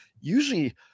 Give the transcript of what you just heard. usually